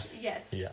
Yes